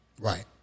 Right